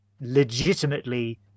legitimately